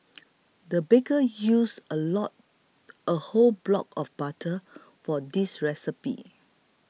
the baker used a lot a whole block of butter for this recipe